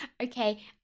Okay